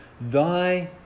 Thy